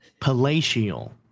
palatial